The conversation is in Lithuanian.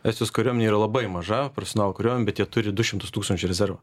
estijos kariuomenė yra labai maža profesionalų kariuomenė bet jie turi du šimtus tūkstančių rezervo